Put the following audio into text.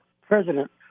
president